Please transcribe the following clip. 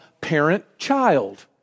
parent-child